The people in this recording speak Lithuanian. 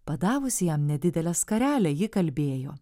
padavusi jam nedidelę skarelę ji kalbėjo